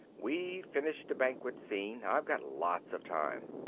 we've finished the banquet scene. i've got lots of time.